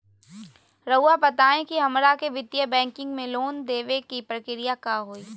रहुआ बताएं कि हमरा के वित्तीय बैंकिंग में लोन दे बे के प्रक्रिया का होई?